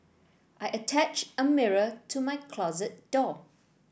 I attached a mirror to my closet door